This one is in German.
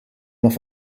noch